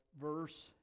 verse